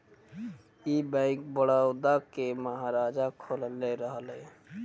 ई बैंक, बड़ौदा के महाराजा खोलले रहले